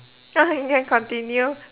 you can continue